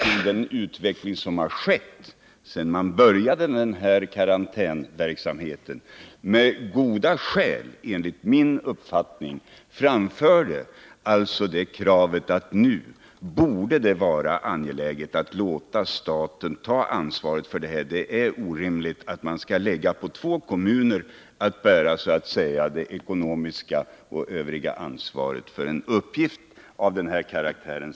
I den hävdade man — enligt min uppfattning med goda skäl — att det nu borde vara rimligt att staten tog över ansvaret för karantänverksamheten. Det är obilligt att på två kommuner lägga det ekonomiska och det övriga ansvaret för en uppgift av den här karaktären.